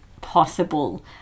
possible